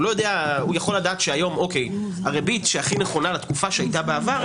הוא יכול לדעת שהיום הריבית שהכי נכונה לתקופה שהייתה בעבר,